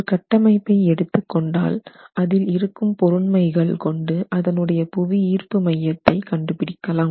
ஒரு கட்டமைப்பை எடுத்து கொண்டால் அதில் இருக்கும் பொருண்மைகள் கொண்டு அதனுடைய புவியீர்ப்பு மையத்தை கண்டுபிடிக்கலாம்